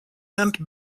meant